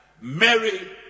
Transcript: Mary